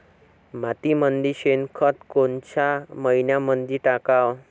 मातीमंदी शेणखत कोनच्या मइन्यामंधी टाकाव?